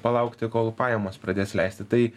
palaukti kol pajamos pradės leisti tai